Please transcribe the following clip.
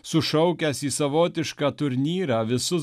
sušaukęs į savotišką turnyrą visus